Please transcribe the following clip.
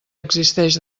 existeix